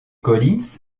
collins